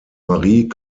marie